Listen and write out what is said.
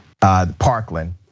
Parkland